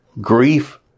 Grief